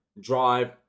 drive